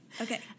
Okay